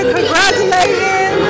Congratulating